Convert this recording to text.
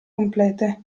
complete